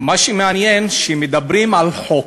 מה שמעניין זה שמדברים על חוק,